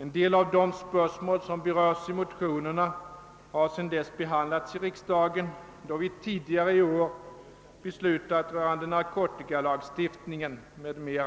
En del av de spörsmål som berörs i motionerna har sedan dess behandlats i riksdagen, då vi tidigare i år beslutat rörande narkotikalagstiftningen m.m.